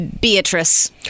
Beatrice